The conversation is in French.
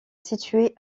située